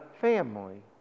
family